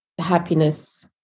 happiness